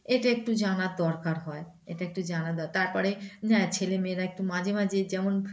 এটা একটু জানার দরকার হয় এটা একটু জানা দ তারপরে হ্যাঁ ছেলেমেয়েরা একটু মাঝে মাঝে যেমন